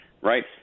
right